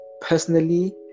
personally